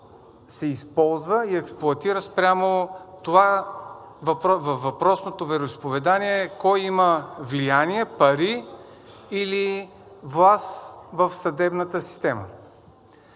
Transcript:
се използва и експлоатира спрямо това във въпросното вероизповедание кой има влияние, пари или власт в съдебната система.